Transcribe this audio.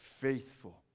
faithful